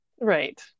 Right